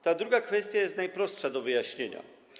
Ta druga kwestia jest najprostsza do wyjaśnienia.